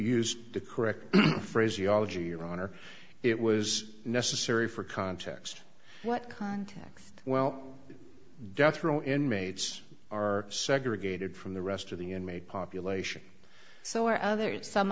used the correct phraseology your honor it was necessary for context what context well death row inmates are segregated from the rest of the inmate population so are other some